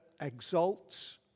exalts